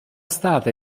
stata